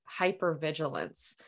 hypervigilance